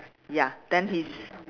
ya then his